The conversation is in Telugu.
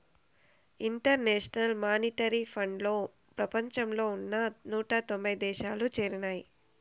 ఇంటర్నేషనల్ మానిటరీ ఫండ్లో ప్రపంచంలో ఉన్న నూట తొంభై దేశాలు చేరినాయి